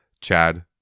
Chad